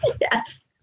yes